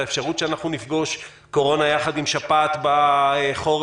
לאפשרות שאנחנו נפגוש קורונה ביחד עם שפעת בחורף.